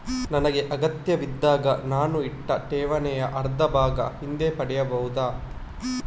ನನಗೆ ಅಗತ್ಯವಿದ್ದಾಗ ನಾನು ಇಟ್ಟ ಠೇವಣಿಯ ಅರ್ಧಭಾಗ ಹಿಂದೆ ಪಡೆಯಬಹುದಾ?